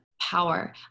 power